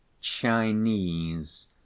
Chinese